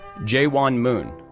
jae won moon,